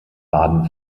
baden